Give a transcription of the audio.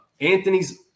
Anthony's